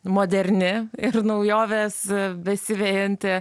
moderni ir naujoves besivejanti